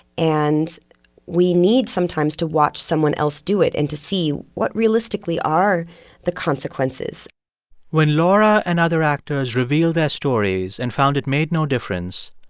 and we need sometimes to watch someone else do it and to see what, realistically, are the consequences when laura and other actors revealed their stories and found it made no difference,